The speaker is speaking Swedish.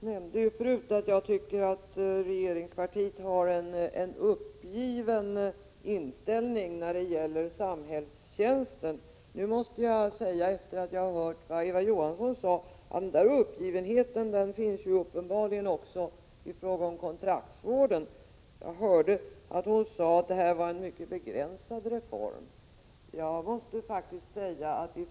nämnde förut att jag tycker att regeringspartiet har en uppgiven inställning när det gäller samhällstjänsten. Efter att ha hört vad Eva Johansson sade måste jag säga att den där uppgivenheten uppenbarligen finns också i fråga om kontraktsvården. Jag hörde att hon sade att det här var en mycket begränsad reform.